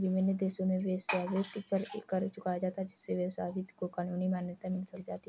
विभिन्न देशों में वेश्यावृत्ति पर कर चुकाया जाता है जिससे वेश्यावृत्ति को कानूनी मान्यता मिल जाती है